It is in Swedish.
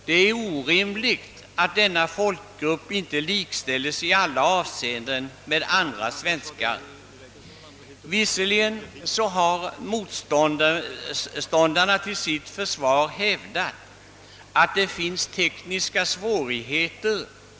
Det är orimligt att denna folkgrupp inte i alla avseenden likställes med andra svenskar. Visserligen har motståndarna till förslaget hävdat att det föreligger tekniska svårigheter.